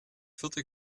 vierte